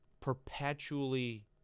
perpetually